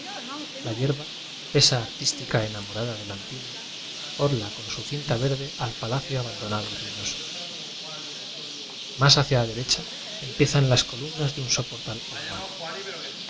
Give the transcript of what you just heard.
hierba esa artística enamora da de lo antiguo orla con su cinta verde al palacio abandonado y ruinoso más hacia la derecha empiezan las columnas de un so portal ahumado a